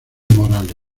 morales